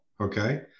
okay